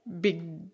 big